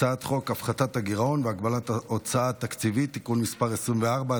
הצעת חוק הפחתת הגירעון והגבלת ההוצאה התקציבית (תיקון מס' 24),